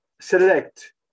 select